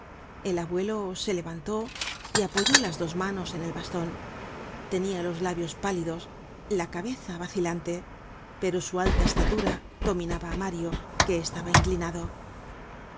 el abuelo se levantó y apoyó las dos manos en el baston tenia los labios pálidos la cabeza vacilante pero su alta estatura dominaba á mario que estaba inclinado